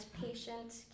patient